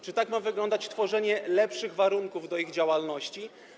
Czy tak ma wyglądać tworzenie lepszych warunków do ich działalności?